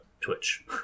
Twitch